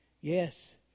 Yes